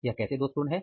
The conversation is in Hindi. यह कैसे दोषपूर्ण है